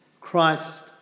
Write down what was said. Christ